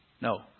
No